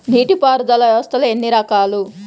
నీటిపారుదల వ్యవస్థలు ఎన్ని రకాలు?